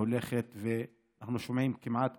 אנחנו שומעים כמעט